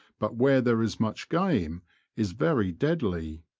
but where there is much game is very deadly.